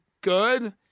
good